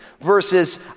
verses